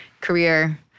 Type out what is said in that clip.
career